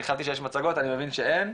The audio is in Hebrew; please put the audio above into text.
אני חשבתי שיש מצגות, אני מבין שאין,